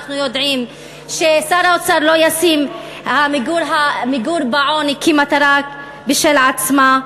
אנחנו יודעים ששר האוצר לא ישים את מיגור העוני כמטרה משל עצמה.